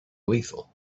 lethal